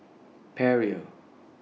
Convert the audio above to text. Perrier